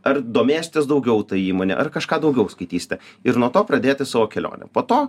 ar domėsitės daugiau ta įmone ar kažką daugiau skaitysite ir nuo to pradėti savo kelionę po to